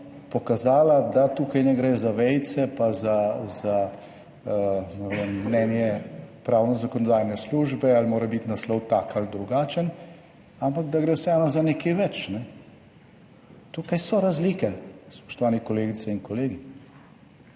pokazala, da tukaj ne gre za vejice pa za, ne vem, mnenje pravno zakonodajne službe ali mora biti naslov tak ali drugačen, ampak da gre vseeno za nekaj več. Tukaj so razlike, spoštovani kolegice in kolegi.